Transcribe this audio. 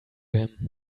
him